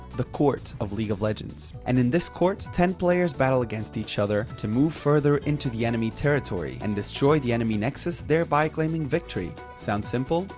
the court of league of legends and in this court ten players battle against each other to move further into the enemy territory and destroy the enemy nexus, thereby claiming victory! sounds simple?